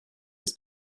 was